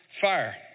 fire